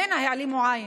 ממנה העלימו עין.